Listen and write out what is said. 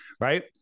Right